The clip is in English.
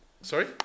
Sorry